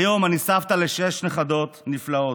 כיום אני סבתא לשש נכדות נפלאות.